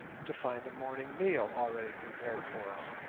to find a morning meal already prepared for us,